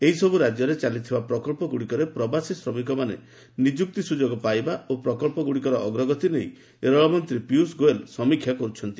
ଏହିସବୁ ରାଜ୍ୟରେ ଚାଲିଥିବା ପ୍ରକଳ୍ପଗୁଡ଼ିକରେ ପ୍ରବାସୀ ଶ୍ରମିକମାନେ ନିଯୁକ୍ତି ସୁଯୋଗ ପାଇବା ଓ ପ୍ରକଳ୍ପଗ୍ରଡ଼ିକର ଅଗ୍ରଗତି ନେଇ ରେଳମନ୍ତ୍ରୀ ପିୟଷ ଗୋୟଲ୍ ସମୀକ୍ଷା କରିଛନ୍ତି